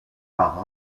par